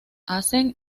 hacen